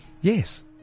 Yes